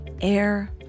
air